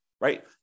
right